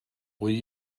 will